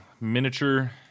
miniature